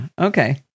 Okay